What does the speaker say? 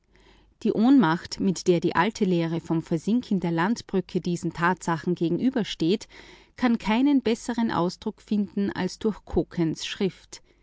die ohnmacht mit der die alte lehre vom versinken der landbrücken diesen tatsachen gegenübersteht kann keinen besseren ausdruck finden als durch